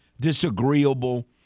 Disagreeable